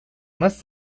más